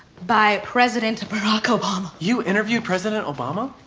by president barack obama. you interviewed president obama?